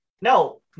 No